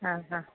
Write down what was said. ആ ഹാ